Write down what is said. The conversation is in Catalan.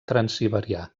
transsiberià